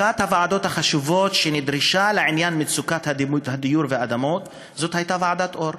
אחת הוועדות החשובות שנדרשה לעניין מצוקת הדיור והאדמות הייתה ועדת אור.